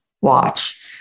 watch